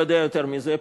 לא יודע יותר מזה,